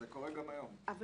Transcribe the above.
זה קורה גם היום, זה עובר.